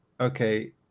okay